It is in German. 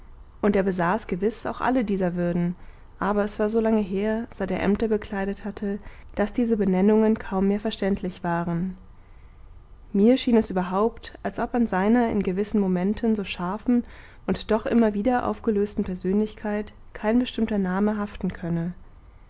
und er besaß gewiß auch alle diese würden aber es war so lange her seit er ämter bekleidet hatte daß diese benennungen kaum mehr verständlich waren mir schien es überhaupt als ob an seiner in gewissen momenten so scharfen und doch immer wieder aufgelösten persönlichkeit kein bestimmter name haften könne